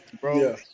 bro